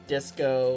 Disco